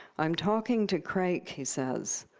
i'm talking to crake he says.